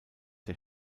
der